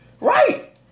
Right